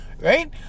Right